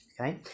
Okay